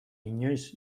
inoiz